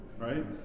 right